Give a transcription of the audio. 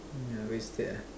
yeah wasted ah